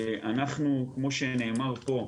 אנחנו כמו שנאמר כאן,